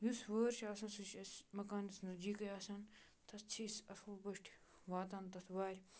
یُس وٲر چھِ آسان سُہ چھِ أسۍ مکانَس نزدیٖکٕے آسان تَتھ چھِ أسۍ اَصٕل پٲٹھۍ واتان تَتھ وارِ